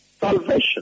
salvation